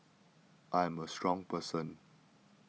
I am a strong person